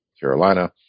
Carolina